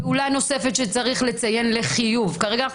פעולה נוספת שצריך לציין לחיוב כרגע אנחנו